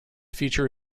feature